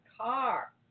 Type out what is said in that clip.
car